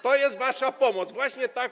To jest wasza pomoc, [[Wesołość, poruszenie na sali]] właśnie tak.